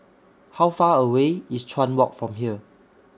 How Far away IS Chuan Walk from here